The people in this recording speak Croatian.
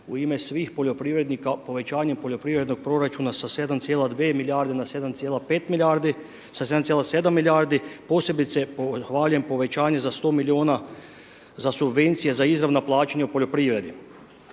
u ime svih poljoprivrednika povećanje poljoprivrednog proračuna sa 7,2 milijarde na 7,5 milijarde, sa 7,7 milijardi posebice pohvaljujem povećanje za 100 miliona za subvencije za izravna plaćanja u poljoprivredi